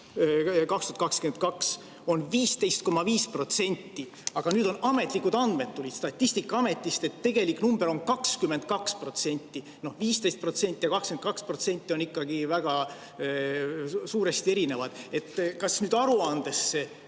2022 on 15,5%. Nüüd on ametlikud andmed tulnud Statistikaametist, et tegelik number on 22%. 15% ja 22% on ikkagi väga erinevad. Kas nüüd aruandesse